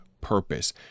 purpose